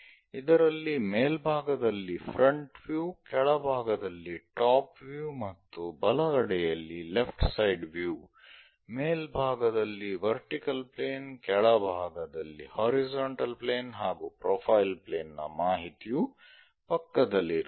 ಇದರಲ್ಲಿ ಮೇಲ್ಭಾಗದಲ್ಲಿ front view ಕೆಳಭಾಗದಲ್ಲಿ ಟಾಪ್ ವ್ಯೂ ಮತ್ತು ಬಲಗಡೆಯಲ್ಲಿ ಲೆಫ್ಟ್ ಸೈಡ್ ವ್ಯೂ ಮೇಲ್ಭಾಗದಲ್ಲಿ ವರ್ಟಿಕಲ್ ಪ್ಲೇನ್ ಕೆಳಭಾಗದಲ್ಲಿ ಹಾರಿಜಾಂಟಲ್ ಪ್ಲೇನ್ ಹಾಗೂ ಪ್ರೊಫೈಲ್ ಪ್ಲೇನ್ ನ ಮಾಹಿತಿಯು ಪಕ್ಕದಲ್ಲಿ ಇರುತ್ತದೆ